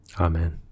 amen